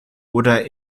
oder